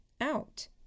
Out